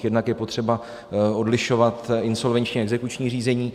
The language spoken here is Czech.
Jednak je potřeba odlišovat insolvenční a exekuční řízení.